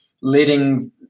letting